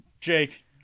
Jake